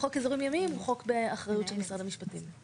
וחוק אזורים ימיים הוא חוק שהוא באחריות של משרד המשפטים.